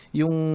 yung